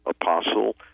apostle